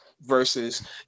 versus